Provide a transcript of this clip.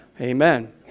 Amen